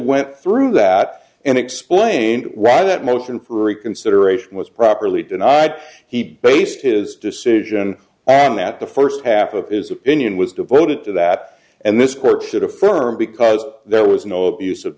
went through that and explained why that motion for reconsideration was properly denied he based his decision and that the first half of his opinion was devoted to that and this court should affirm because there was no abus